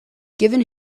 given